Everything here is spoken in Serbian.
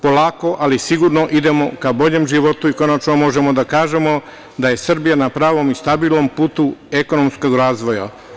Polako ali sigurno idemo ka boljem životu i konačno možemo da kažemo da je Srbija na pravom i stabilnom putu ekonomskog razvoja.